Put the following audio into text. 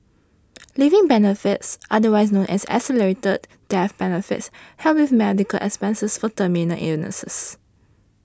living benefits otherwise known as accelerated death benefits help with medical expenses for terminal illnesses